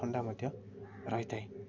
ଥଣ୍ଡା ମଧ୍ୟ ରହିଥାଏ